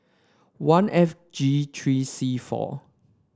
one F G three C four